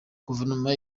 guverinoma